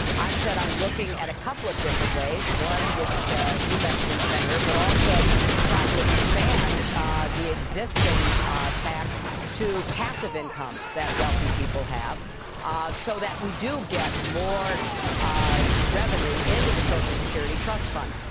i've said i'm looking at a couple of different ways, one which you mentioned, senator, but also trying to expand the existing tax to passive income that wealthy people have so that we do get more revenue into the social security trust fund.